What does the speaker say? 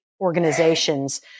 organizations